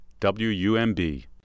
WUMB